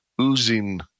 oozing